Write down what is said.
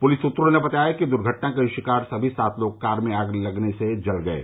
police सूत्रों ने बताया कि दुर्घटना के शिकार सभी सात लोग कार में आग लगने से जल गये